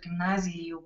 gimnazijai jau